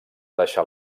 deixar